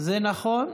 זה נכון.